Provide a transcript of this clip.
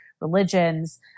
religions